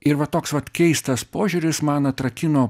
ir va toks vat keistas požiūris man atrakino